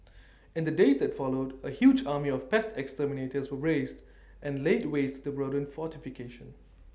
in the days that followed A huge army of pest exterminators was raised and laid waste to the rodent fortification